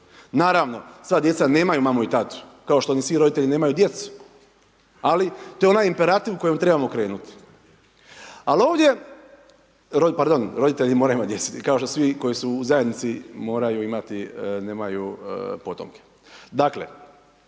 Naravno, sva djeca nemaju mamu i tatu, kao što ni svi roditelji nemaju djecu, ali to je onaj imperativ kojim trebamo krenuti. Al, ovdje, pardon, roditelji moraju imati djecu, kao što svi koji su u zajednici moraju imati, nemaju potomke. Dakle,